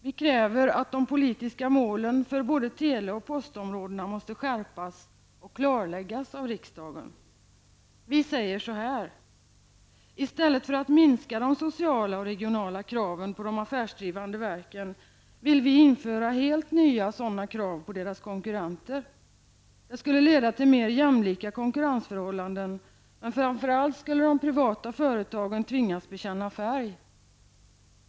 Vi kräver att de politiska målen för både tele och postområdena skärps och klarläggs av riksdagen. Vi säger så här: I stället för att minska de sociala och regionala kraven på de affärsdrivande verken vill vi införa helt nya sådana krav på deras konkurrenter. Det skulle leda till mer jämlika konkurrensförhållanden, men framför allt skulle de privata företagen tvingas bekänna färg.